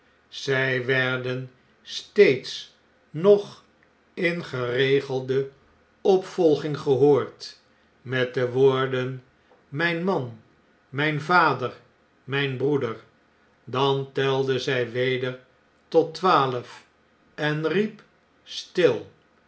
ze werden steeds nog in geregelde opvolging gehoord met de woorden mjjn man mijn vader mijn broeder dan telde zjj weder tot twaalf en riep